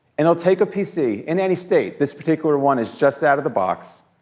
and they'll take a pc in any state. this particular one is just out of the box.